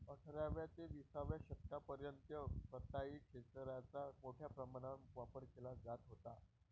अठराव्या ते विसाव्या शतकापर्यंत कताई खेचराचा मोठ्या प्रमाणावर वापर केला जात होता